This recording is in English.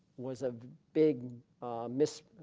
was a big miss